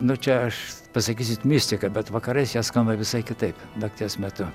nu čia aš pasakysit mistika bet vakarais jie skamba visai kitaip nakties metu